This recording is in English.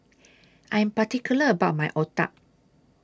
I Am particular about My Otah